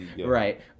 Right